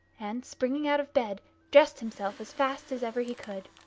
and, springing out of bed, dressed himself as fast as ever he could.